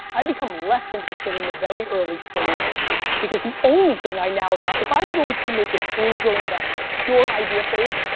i've become less interested in the very early stage because the only thing i now eval, if i'm going to make an angel investment pure idea phase,